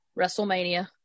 WrestleMania